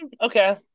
okay